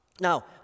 Now